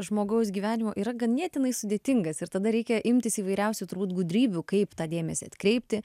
žmogaus gyvenimo yra ganėtinai sudėtingas ir tada reikia imtis įvairiausių turbūt gudrybių kaip tą dėmesį atkreipti